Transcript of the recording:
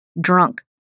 drunk